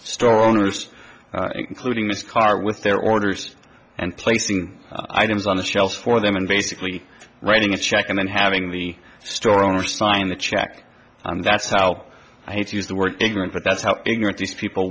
store owners including mr cart with their orders and placing items on the shelves for them and basically writing a check and then having the store owner sign the check and that's how i hate to use the word ignorant but that's how ignorant these people